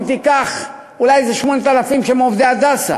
אם תיקח, אולי 8,000 שהם עובדי "הדסה"